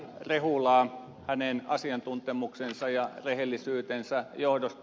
rehulaa hänen asiantuntemuksensa ja rehellisyytensä johdosta